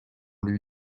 lui